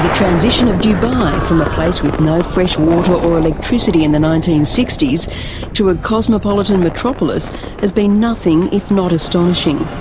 transition of dubai ah from a place with no fresh water or electricity in the nineteen sixty s to a cosmopolitan metropolis has been nothing if not astonishing.